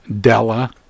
Della